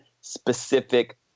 specific